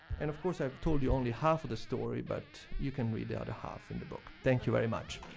and of course, i've told you only half of the story, but you can read the ah other half in the book. thank you very much.